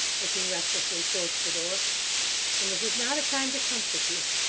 looking restlessly towards the door and this is not a time to comfort you.